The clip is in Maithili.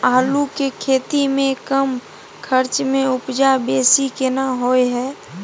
आलू के खेती में कम खर्च में उपजा बेसी केना होय है?